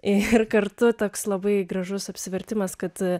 ir kartu toks labai gražus apsivertimas kad